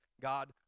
God